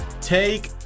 Take